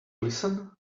listen